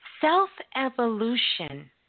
Self-evolution